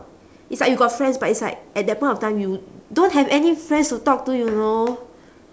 it's like you got friends but it's like at that point of time you don't have any friends to talk to you know